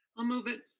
ah move it.